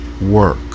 work